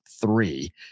three